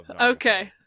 Okay